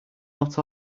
not